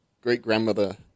great-grandmother